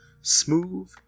smooth